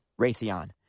Raytheon